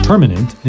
Permanent